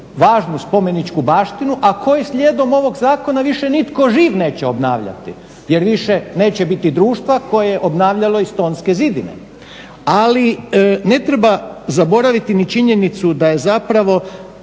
važnu spomeničku baštinu a koji slijedom ovog zakona više nitko živ neće obnavljati jer više neće biti društva koje je obnavljalo i stonske zidine ali ne treba zaboravljati ni činjenicu da je zapravo